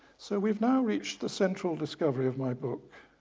so we've now reached the central discovery of my book,